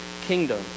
kingdom